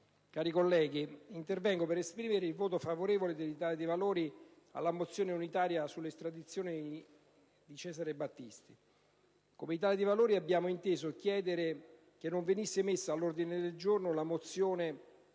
cari colleghi, intervengo per dichiarare il voto favorevole dell'Italia dei Valori sulla mozione unitaria sull'estradizione in Italia di Cesare Battisti. Come Italia dei Valori abbiamo inteso chiedere che non venisse messa all'ordine del giorno la mozione